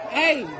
hey